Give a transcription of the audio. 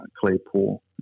Claypool